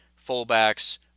fullbacks